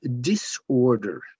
disorder